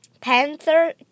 Panther